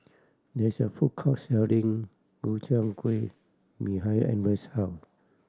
there is a food court selling Gobchang Gui behind Andres' house